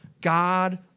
God